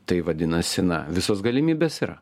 tai vadinasi na visos galimybės yra